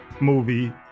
movie